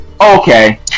Okay